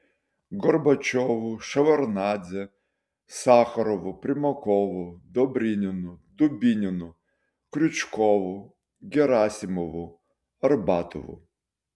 gorbačiovu ševardnadze sacharovu primakovu dobryninu dubininu kriučkovu gerasimovu arbatovu